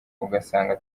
ugasanga